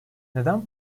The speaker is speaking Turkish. neden